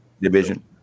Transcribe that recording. division